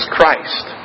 Christ